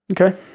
Okay